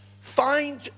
find